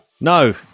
no